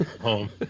Home